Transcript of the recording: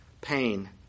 pain